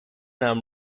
nahm